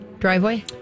driveway